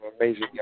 amazing